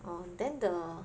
orh then the